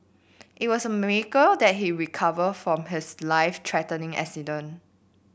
it was a miracle that he recovered from his life threatening accident